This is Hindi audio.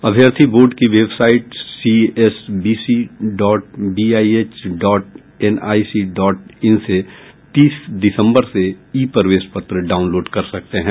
अभ्यर्थी बोर्ड की website C S B C dot BIH dot NIC dot in से तीस दिसंबर से ई प्रवेश पत्र डाउनलोड कर सकते हैं